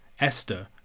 Esther